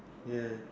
ya